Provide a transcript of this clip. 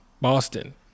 Boston